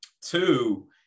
Two